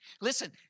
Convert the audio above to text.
Listen